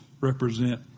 represent